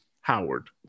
Howard